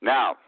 Now